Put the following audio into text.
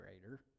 greater